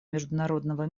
международного